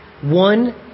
One